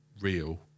real